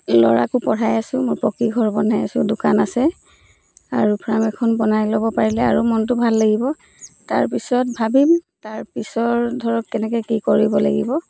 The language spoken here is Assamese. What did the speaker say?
ল'ৰাকো পঢ়াই আছো মোৰ পকী ঘৰ বনাই আছো দোকান আছে আৰু ফ্ৰাম এখন বনাই ল'ব পাৰিলে আৰু মনটো ভাল লাগিব তাৰ পিছত ভাবিম তাৰ পিছৰ ধৰক কেনেকৈ কি কৰিব লাগিব